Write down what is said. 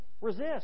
resist